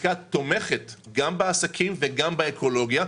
שתומכת גם בעסקים וגם באקולוגיה.